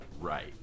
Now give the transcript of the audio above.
right